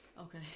Okay